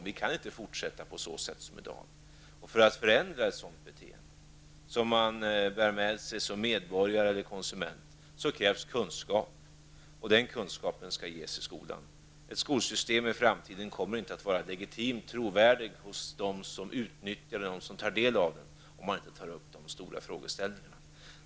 Vi kan inte fortsätta på samma sätt som i dag. För att förändra ett sådant beteende som man bär med sig som medborgare eller konsument krävs kunskap. Den kunskapen skall ges i skolan. Ett skolsystem i framtiden kommer inte att vara legitimt eller trovärdigt hos dem som tar del av undervisningen, om man inte tar upp de stora frågeställningarna.